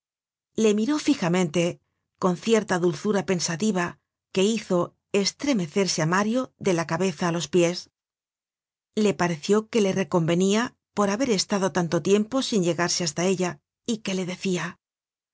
le miró fijamente con cierta dulzura pensativa que hizo estremecerse á mario de la cabeza á los pies le pareció que le reconvenia por haber estado tanto tiempo sin llegarse hasta ella y que le decia